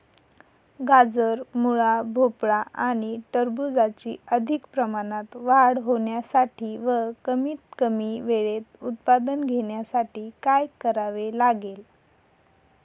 गाजर, मुळा, भोपळा आणि टरबूजाची अधिक प्रमाणात वाढ होण्यासाठी व कमीत कमी वेळेत उत्पादन घेण्यासाठी काय करावे लागेल?